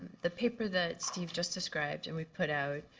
the paper that steve just described, and we've put out,